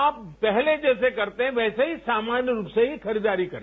आप पहले जैसे करते हैं वैसे ही सामान्य रूप से खरीदारी करें